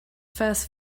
first